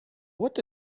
what